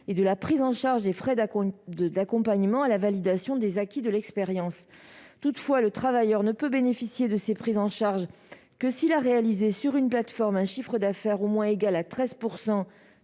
et à la prise en charge des frais d'accompagnement de la validation des acquis de l'expérience. Toutefois, le travailleur ne peut bénéficier de ces prises en charge que s'il a réalisé sur une plateforme un chiffre d'affaires au moins égal à 13